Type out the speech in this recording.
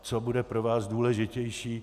Co bude pro vás důležitější?